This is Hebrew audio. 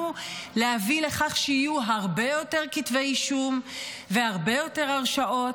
להביא לכך שיהיו הרבה יותר כתבי אישום והרבה יותר הרשעות,